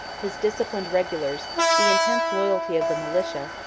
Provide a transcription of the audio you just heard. his disciplined regulars, the intense loyalty of the militia,